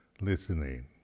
listening